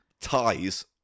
Ties